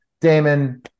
Damon